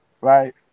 Right